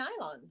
nylons